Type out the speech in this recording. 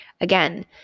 Again